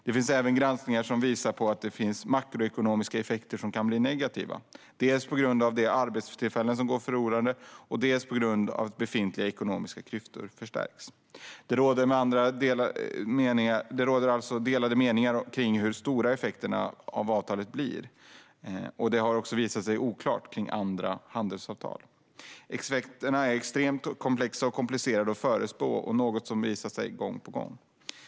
Det finns även granskningar som visar att det kan bli negativa makroekonomiska effekter, dels på grund av att arbetstillfällen går förlorade, dels för att befintliga ekonomiska klyftor förstärks. Det råder alltså delade meningar om hur stora effekterna av avtalet blir. Det har också visat sig oklart med andra handelsavtal. Effekterna är extremt komplexa och komplicerade att förutspå, något som har visat sig gång på gång.